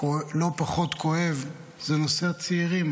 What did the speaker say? כואב זה נושא הצעירים,